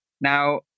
Now